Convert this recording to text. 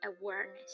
awareness